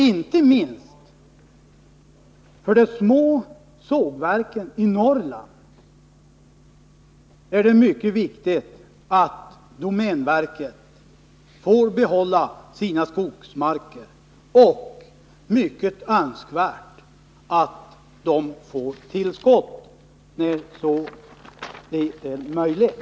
Inte minst för de små sågverken i Norrland är det mycket viktigt att domänverket får behålla sina skogsmarker och att de får tillskott av mark när så är möjligt.